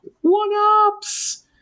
one-ups